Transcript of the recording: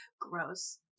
gross